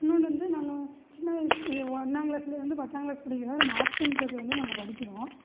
இன்னொன்னு வந்து நாங்கள் சின்ன வயசில் ஒன்னாம் கிளாஸில் இருந்து பத்தாம் கிளாஸ் படிக்கிற வரை மேக்ஸுன்றது வந்து நாங்கள் படிக்கிறோம்